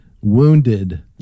wounded